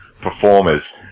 performers